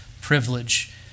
privilege